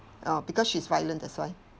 orh because she's violent that's why